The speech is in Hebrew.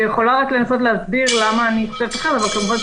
ואדוני היושב-ראש, בסוף יהיה כתוב: "ובלבד